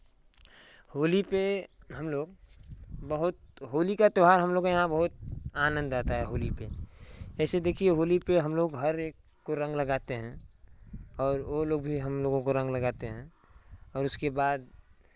होली पे हम लोग बहुत होली का त्यौहार हम लोग के यहाँ बहुत आनन्द आता है होली पे जैसे देखिए होली पे हम लोग हर एक को रंग लगाते हैं और ओ लोग भी हम लोगों को रंग लगाते हैं और उसके बाद